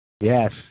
Yes